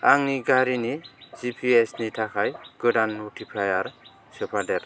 आंनि गारिनि जिपिएसनि थाखाय गोदान नटिफायार सोफादेर